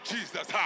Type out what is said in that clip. Jesus